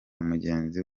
mugenzi